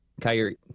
Kyrie